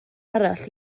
arall